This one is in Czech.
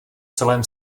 celém